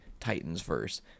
Titansverse